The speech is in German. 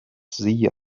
see